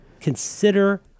consider